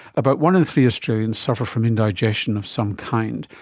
about one in three australians suffer from indigestion of some kind,